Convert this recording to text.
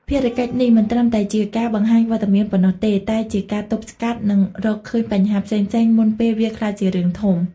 ភារកិច្ចនេះមិនត្រឹមតែជាការបង្ហាញវត្តមានប៉ុណ្ណោះទេ តែជាការទប់ស្កាត់ និងរកឃើញបញ្ហាផ្សេងៗមុនពេលវាក្លាយជារឿងធំ។